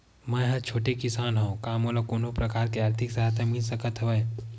मै ह छोटे किसान हंव का मोला कोनो प्रकार के आर्थिक सहायता मिल सकत हवय?